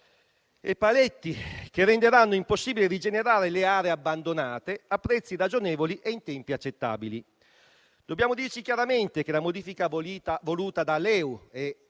e paletti, che renderanno impossibile rigenerare le aree abbandonate a prezzi ragionevoli e in tempi accettabili. Dobbiamo dirci chiaramente che la modifica voluta da LeU e